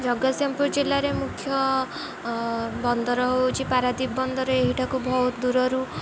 ଜଗତସିଂହପୁର ଜିଲ୍ଲାରେ ମୁଖ୍ୟ ବନ୍ଦର ହଉଚି ପାରାଦୀପ ବନ୍ଦର ଏହିଠାକୁ ବହୁତ ଦୂରରୁ